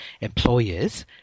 employers